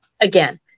again